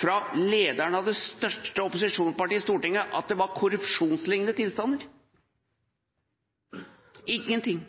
fra lederen av det største opposisjonspartiet på Stortinget at det var korrupsjonslignende tilstander – ikke én ting